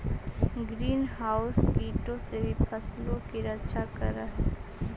green house कीटों से भी फसलों की रक्षा करअ हई